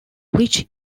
rich